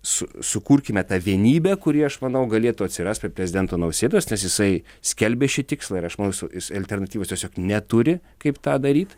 su sukurkime tą vienybę kuri aš manau galėtų atsirast prie prezidento nausėdos nes jisai skelbia šį tikslą ir aš manau jis jis alternatyvų tiesiog neturi kaip tą daryt